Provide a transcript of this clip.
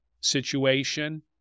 situation